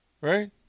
Right